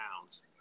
pounds